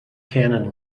canon